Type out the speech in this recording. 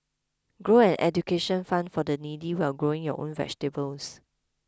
grow an education fund for the needy while growing your own vegetables